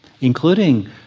including